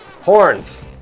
Horns